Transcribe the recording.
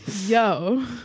Yo